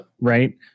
Right